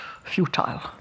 futile